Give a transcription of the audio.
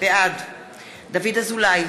בעד דוד אזולאי,